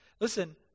Listen